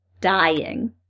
Dying